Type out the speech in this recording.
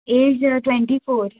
age twenty four